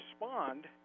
respond